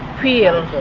feel